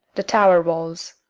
the tower walls.